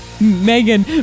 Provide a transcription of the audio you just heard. Megan